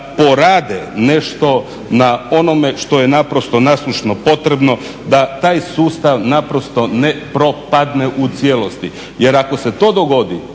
nešto na onome što je naprosto … potrebno, da taj sustav naprosto ne propadne u cijelosti jer ako se to dogodi,